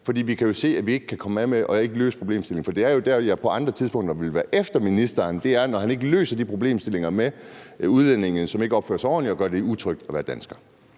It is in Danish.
For vi kan jo se, at vi ikke kan komme af med folk, og vi kan ikke kan løse problemstillingen. Det er jo der, jeg på andre tidspunkter vil være efter ministeren. Det er, når han ikke løser de problemstillinger med udlændinge, som ikke opfører sig ordentligt og gør det utrygt at være dansker.